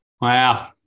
Wow